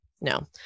No